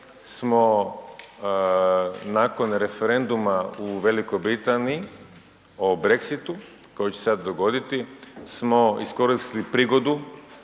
smo nakon referenduma u Velikoj Britaniji o Brexitu koji će se sad dogoditi smo iskoristili prigodu